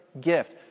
gift